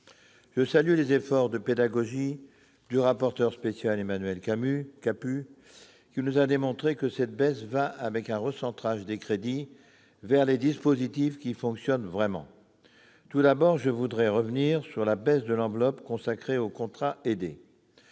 Je salue les efforts de pédagogie déployés par le rapporteur spécial, M. Emmanuel Capus, qui nous a démontré que cette baisse s'accompagnait d'un recentrage des crédits vers les dispositifs qui fonctionnent vraiment. Tout d'abord, je souhaite revenir sur la diminution de l'enveloppe consacrée aux contrats aidés,